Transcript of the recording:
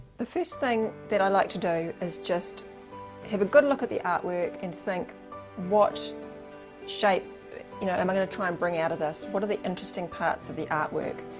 the first thing that i like to do is just have a good look at the artwork and think what shape you know um gonna try and bring out of this. what are the interesting parts of the artwork?